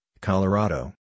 Colorado